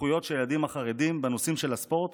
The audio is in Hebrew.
הזכויות של הילדים החרדים בנושאים של הספורט,